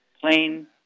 plain